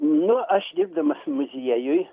nu aš dirbdamas muziejuj